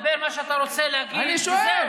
תגיד מה שאתה רוצה להגיד וזהו.